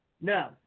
No